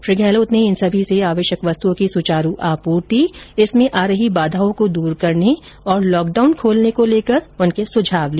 श्री गहलोत ने इन सभी से आवश्यक वस्तुओं की सुचारू आपूर्ति इसमें आ रही बाधाओं को दूर करने तथा लॉकडाउन खोलने को लेकर उनके सुझाव लिए